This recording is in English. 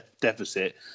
deficit